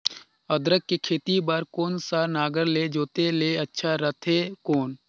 अदरक के खेती बार कोन सा नागर ले जोते ले अच्छा रथे कौन?